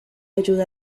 ayuda